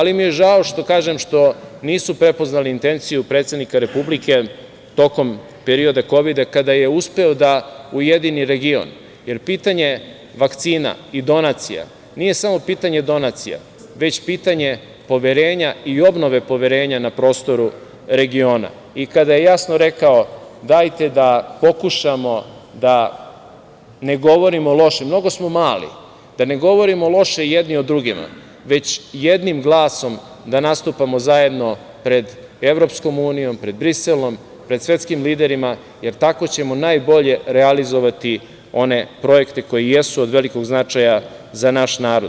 Žao mi je što nisu prepoznali intenciju predsednika Republike tokom perioda kovida, kada je uspeo da ujedini region, jer pitanje vakcina i donacija nije samo pitanje donacija, već pitanje poverenja i obnove poverenja na prostoru regiona i kada je jasno rekao – dajte da pokušamo da ne govorimo loše, mnogo smo mali, da ne govorimo loše jedni o drugima, već jednim glasom da nastupamo zajedno pred Evropskom unijom, pred Briselom, pred svetskim liderima, jer tako ćemo najbolje realizovati one projekte koji jesu od velikog značaja za naš narod.